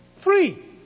free